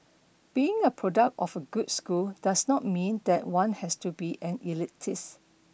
being a product of a good school does not mean that one has to be an elitist